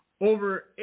over